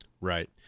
Right